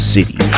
City